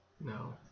No